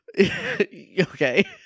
Okay